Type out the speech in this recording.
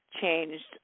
changed